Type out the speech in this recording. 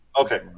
Okay